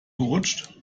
gerutscht